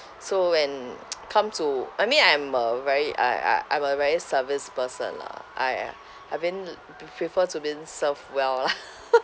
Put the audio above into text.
so when come to I mean I'm a very I I I'm a very service person lah I I've been the pre~ prefer to being served well lah